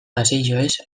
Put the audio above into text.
paseilloez